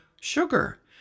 sugar